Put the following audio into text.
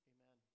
Amen